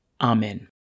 Amen